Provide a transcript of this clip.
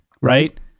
Right